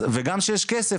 וגם כשיש כסף,